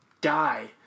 die